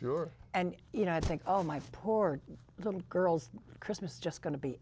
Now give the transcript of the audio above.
your and you know i think oh my poor little girls christmas just going to be